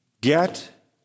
Get